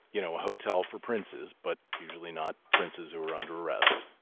you know a hotel for princes, but usually not princes who are under arrest.